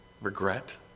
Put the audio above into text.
regret